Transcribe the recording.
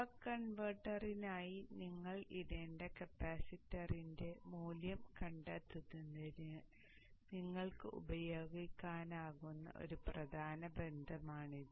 buck കൺവെർട്ടറിനായി നിങ്ങൾ ഇടേണ്ട കപ്പാസിറ്റൻസിന്റെ മൂല്യം കണ്ടെത്തുന്നതിന് നിങ്ങൾക്ക് ഉപയോഗിക്കാനാകുന്ന ഒരു പ്രധാന ബന്ധമാണിത്